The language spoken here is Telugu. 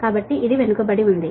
కాబట్టి ఇది వెనుకబడి ఉంది